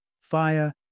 fire